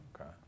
Okay